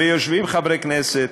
ויושבים חברי כנסת